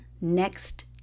next